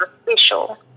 official